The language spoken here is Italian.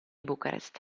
bucarest